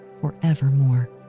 forevermore